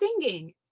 singing